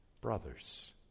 brothers